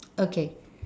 okay